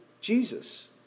Jesus